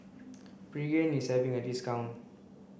pregain is having a discount